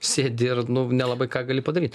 sėdi ir nu nelabai ką gali padaryt